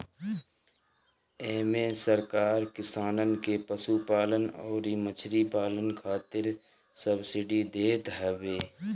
इमे सरकार किसानन के पशुपालन अउरी मछरी पालन खातिर सब्सिडी देत हवे